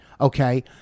okay